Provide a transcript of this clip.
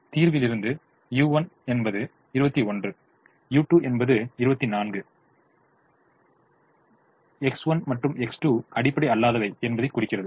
தீர்விலிருந்து u1 என்பது 21 u2 என்பது 24 என்பது X1 மற்றும் X2 அடிப்படை அல்லாதவை என்பதைக் குறிக்கிறது